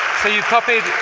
so you copied